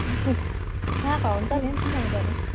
नाफा हुन्छ नि हौ किन हुँदैन